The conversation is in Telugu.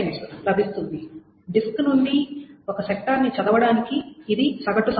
19ms లభిస్తుంది డిస్క్ నుండి ఒక సెక్టార్ని చదవడానికి ఇది సగటు సమయం